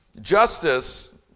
justice